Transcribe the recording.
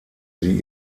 sie